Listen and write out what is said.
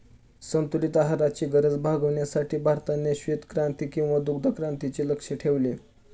संतुलित आहाराची गरज भागविण्यासाठी भारताने श्वेतक्रांती किंवा दुग्धक्रांतीचे लक्ष्य ठेवले